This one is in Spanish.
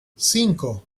cinco